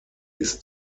ist